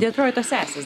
detroito sesės